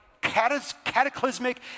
cataclysmic